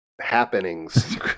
happenings